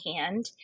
hand